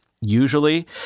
usually